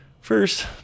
first